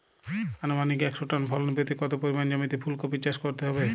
আনুমানিক একশো টন ফলন পেতে কত পরিমাণ জমিতে ফুলকপির চাষ করতে হবে?